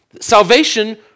salvation